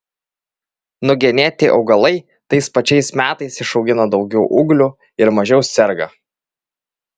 nugenėti augalai tais pačiais metais išaugina daugiau ūglių ir mažiau serga